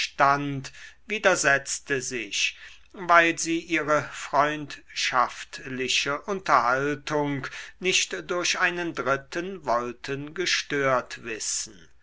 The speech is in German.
widersetzte sich weil sie ihre freundschaftliche unterhaltung nicht durch einen dritten wollten gestört wissen